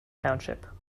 township